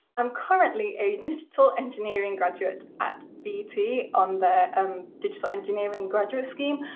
i'm currently a digital engineering graduate at bt on their um digital engineering graduate scheme.